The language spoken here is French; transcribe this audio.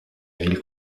ville